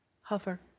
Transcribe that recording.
Hover